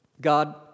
God